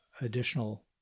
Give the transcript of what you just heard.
additional